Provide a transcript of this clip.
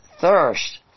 thirst